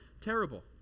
terrible